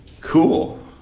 Cool